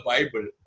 Bible